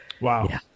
wow